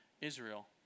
Israel